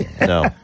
No